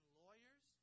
lawyers